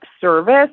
service